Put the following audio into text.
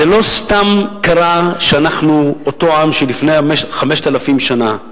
זה לא סתם קרה שאנחנו אותו עם של לפני 5,000 שנה,